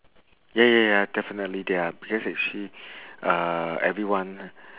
ya ya ya definitely there are because actually uh everyone